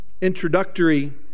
introductory